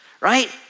right